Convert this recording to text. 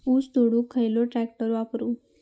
ऊस तोडुक खयलो ट्रॅक्टर वापरू?